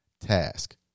task